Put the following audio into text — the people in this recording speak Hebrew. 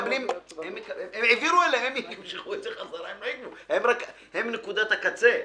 העבירו אליהם אבל הם רק נקודת הקצה.